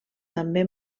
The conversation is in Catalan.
també